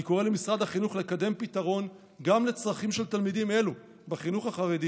אני קורא למשרד החינוך לקדם פתרון גם לצרכים של תלמידים אלו בחינוך החרדי